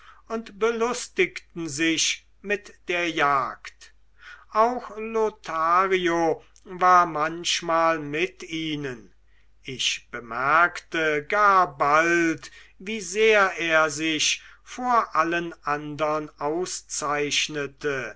und belustigten sich mit der jagd auch lothario war manchmal mit ihnen ich bemerkte gar bald wie sehr er sich vor allen andern auszeichnete